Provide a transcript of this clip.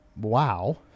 wow